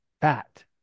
Fat